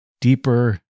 deeper